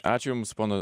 ačiū jums pona